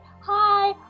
hi